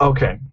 Okay